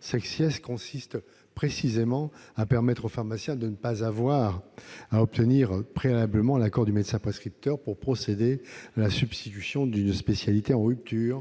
7 consiste précisément à permettre au pharmacien de ne pas avoir à obtenir préalablement l'accord du médecin prescripteur pour procéder à la substitution d'une spécialité en rupture,